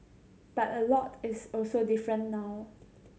but a lot is also different now